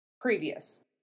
previous